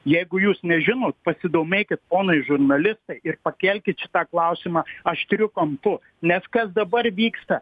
jeigu jūs nežinot pasidomėkit ponai žurnalistai ir pakelkit šitą klausimą aštriu kampu nes kas dabar vyksta